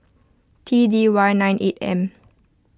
T D Y nine eight M